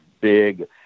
big